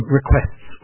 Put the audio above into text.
requests